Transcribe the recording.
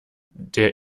der